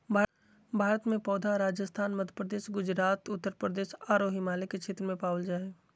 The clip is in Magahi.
भारत में पौधा राजस्थान, मध्यप्रदेश, गुजरात, उत्तरप्रदेश आरो हिमालय के क्षेत्र में पावल जा हई